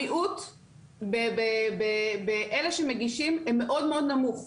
המיעוט באלה שמגישים הם מאוד מאוד נמוך.